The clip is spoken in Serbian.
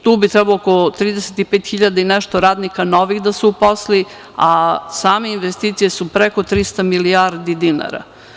Tu bi trebalo oko 35.000 i nešto radnika novih da se uposli, a same investicije su preko 300 milijardi dinara.